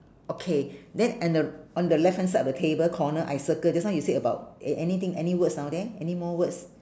okay then and the on the left hand side of the table corner I circle just now you say about anything any words down there anymore words